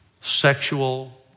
sexual